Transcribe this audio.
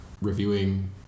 reviewing